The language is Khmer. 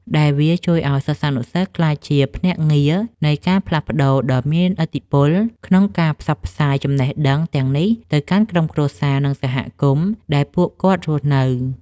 ដែលវាជួយឱ្យសិស្សានុសិស្សក្លាយជាភ្នាក់ងារនៃការផ្លាស់ប្តូរដ៏មានឥទ្ធិពល ក្នុងការផ្សព្វផ្សាយចំណេះដឹងទាំងនេះទៅកាន់ក្រុមគ្រួសារ និងសហគមន៍ដែលពួកគាត់រស់នៅ។